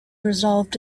resolved